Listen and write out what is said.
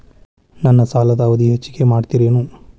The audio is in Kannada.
ನನ್ನ ಸಾಲದ ಅವಧಿ ಹೆಚ್ಚಿಗೆ ಮಾಡ್ತಿರೇನು?